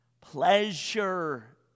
pleasure